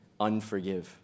unforgive